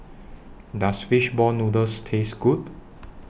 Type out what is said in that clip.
Does Fish Ball Noodles Taste Good